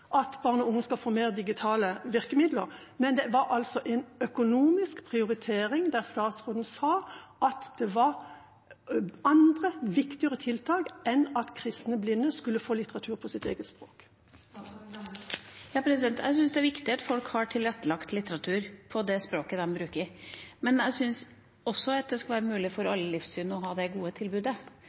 at barn og unge skal få mer digitale virkemidler, men det var altså en økonomisk prioritering der statsråden sa at det var andre, viktigere tiltak enn at kristne blinde skulle få litteratur på sitt eget språk. Jeg syns det er viktig at folk har tilrettelagt litteratur på det språket de bruker, men jeg syns også at det skal være mulig for alle livssyn å ha det gode tilbudet.